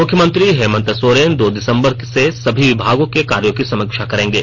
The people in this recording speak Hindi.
मुख्यमंत्री हेमन्त सोरेन दो दिसंबर से सभी विभागों के कार्यो की समीक्षा करेंगे